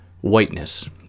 whiteness